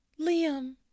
Liam